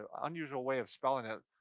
ah unusual way of spelling it,